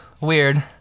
weird